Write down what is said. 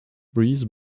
breeze